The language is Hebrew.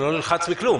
אני לא נלחץ מכלום.